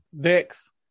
Dex